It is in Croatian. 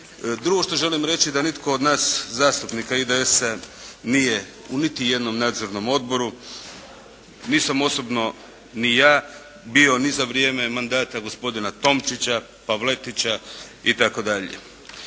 Drugo što želim reći da nitko od nas zastupnika IDS-a nije u niti jednom nadzornom odboru, nisam osobno ni ja bio ni za vrijeme mandata gospodina Tomčića, Pavletića itd.